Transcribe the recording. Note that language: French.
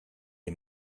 est